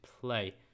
play